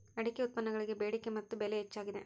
ಅಡಿಕೆ ಉತ್ಪನ್ನಗಳಿಗೆ ಬೆಡಿಕೆ ಮತ್ತ ಬೆಲೆ ಹೆಚ್ಚಾಗಿದೆ